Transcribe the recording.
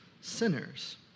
sinners